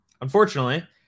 Unfortunately